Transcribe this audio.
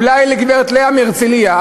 אולי לגברת לאה מהרצלייה,